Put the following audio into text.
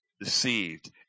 deceived